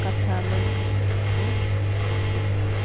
ᱠᱟᱛᱷᱟ ᱢᱮᱱᱟᱛᱮᱫ ᱜᱤᱧ ᱢᱩᱪᱟᱹᱫ ᱮᱫᱟ